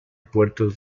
puertos